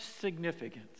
significance